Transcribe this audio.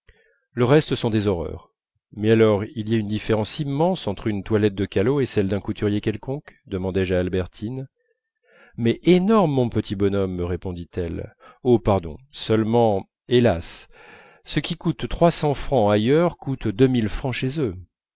le reste sont des horreurs mais alors il y a une différence immense entre une toilette de callot et celle d'un couturier quelconque demandai-je à albertine mais énorme mon petit bonhomme me répondit-elle oh pardon seulement hélas ce qui coûte trois cents francs ailleurs coûte deux mille francs chez eux